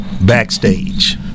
backstage